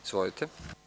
Izvolite.